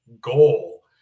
goal